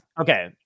okay